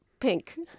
pink